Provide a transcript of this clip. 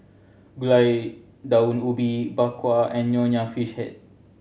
Gulai Daun Ubi Bak Kwa and Nonya Fish Head